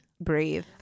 breathe